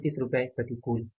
129 प्रतिकूल